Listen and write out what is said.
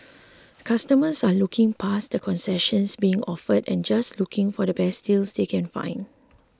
customers are looking past the concessions being offered and just looking for the best deals they can find